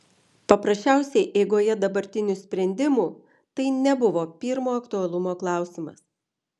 paprasčiausiai eigoje dabartinių sprendimų tai nebuvo pirmo aktualumo klausimas